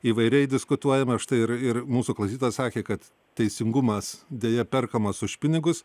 įvairiai diskutuojama štai ir ir mūsų klausytojas sakė kad teisingumas deja perkamas už pinigus